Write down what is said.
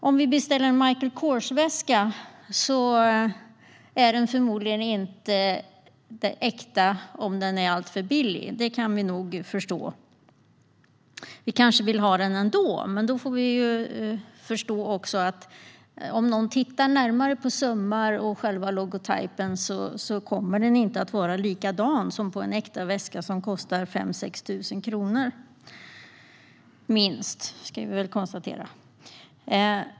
Om vi beställer en Michael Kors-väska är den förmodligen inte äkta om den är alltför billig. Det kan vi nog förstå. Vi kanske vill ha den ändå, men då får vi också förstå att om någon tittar närmare på sömmarna och logotypen kommer det att synas att de inte är likadana som på en äkta väska, som kostar minst 5 000-6 000 kronor.